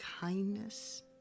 kindness